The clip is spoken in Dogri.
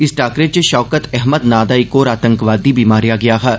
इस टाक्करे च पौकत अहमद नां दा इक होर आतंकवादी बी मारेआ गेआ हा